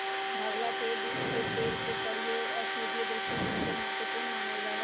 भंगवा के बीज के तेल के प्रयोग औषधीय दृष्टिकोण से महत्वपूर्ण मानल जाहई